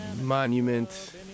Monument